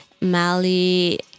Mali